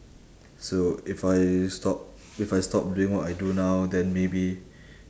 so if I stop if I stop doing what I do now then maybe